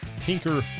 Tinker